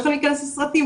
לסרטים,